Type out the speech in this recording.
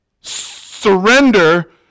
surrender